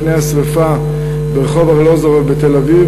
לפני השרפה ברחוב ארלוזורוב בתל-אביב,